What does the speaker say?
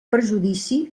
perjudici